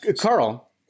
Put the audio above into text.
Carl